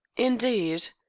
indeed.